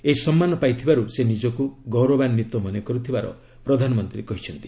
ଏହି ସମ୍ମାନ ପାଇଥିବାରୁ ସେ ନିଜକୁ ଗୌରବାନ୍ଧିତ ମନେ କରୁଥିବାର ପ୍ରଧାନମନ୍ତ୍ରୀ କହିଛନ୍ତି